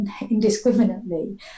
indiscriminately